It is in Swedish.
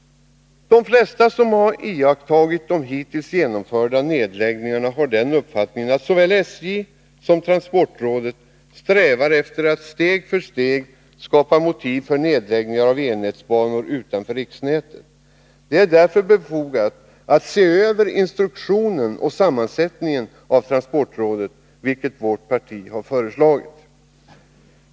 De flesta som har iakttagit de hittills genomförda nedläggningarna har den uppfattningen att såväl SJ som transportrådet strävar efter att steg för steg skapa motiv för nedläggningar av E-nätsbanor utanför riksnätet. Det är därför befogat att se över instruktionen för och sammansättningen av transportrådet, vilket vårt parti har föreslagit.